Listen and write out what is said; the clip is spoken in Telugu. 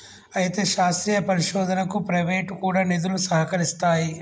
అయితే శాస్త్రీయ పరిశోధనకు ప్రైవేటు కూడా నిధులు సహకరిస్తాయి